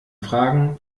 fragen